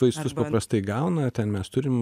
vaistus paprastai gauna ten mes turim